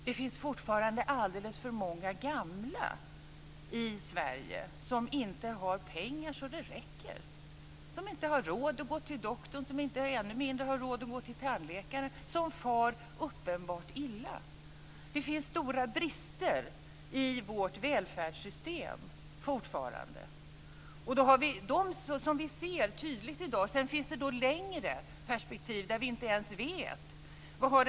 Det finns fortfarande alldeles för många gamla i Sverige som inte har pengar så att det räcker, som inte har råd att gå till doktorn, som ännu mindre har råd att gå till tandläkaren och som far uppenbart illa. Det finns fortfarande stora brister i vårt välfärdssystem. Det är dem som vi ser tydligt i dag. Sedan finns det längre perspektiv som vi inte ens vet någonting om.